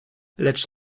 lecz